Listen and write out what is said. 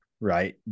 right